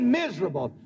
miserable